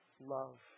love